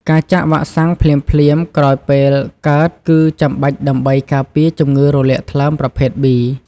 ការចាក់វ៉ាក់សាំងភ្លាមៗក្រោយពេលកើតគឺចាំបាច់ដើម្បីការពារជំងឺរលាកថ្លើមប្រភេទ B។